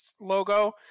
logo